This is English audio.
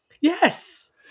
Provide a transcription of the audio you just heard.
Yes